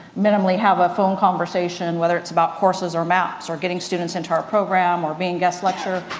minimally, have a phone conversation whether it's about courses or maps or getting students into our program or being guest lecturer.